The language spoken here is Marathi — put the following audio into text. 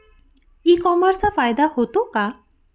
ई कॉमर्सचा फायदा होतो का?